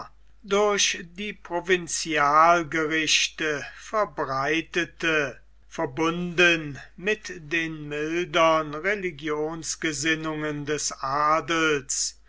durch die provinzialgerichte verbreitete verbunden mit den mildern religionsgesinnungen des adels